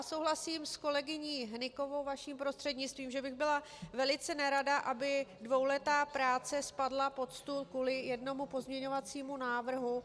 Souhlasím s kolegyní Hnykovou vaším prostřednictvím, že bych byla velice nerada, aby dvouletá práce spadla pod stůl kvůli jednomu pozměňovacímu návrhu.